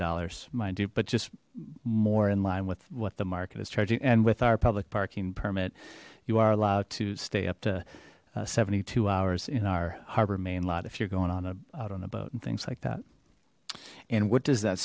dollars mind you but just more in line with what the market is charging and with our public parking permit you are allowed to stay up to seventy two hours in our harbor main lot if you're going on out on the boat and things like that and what does that